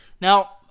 Now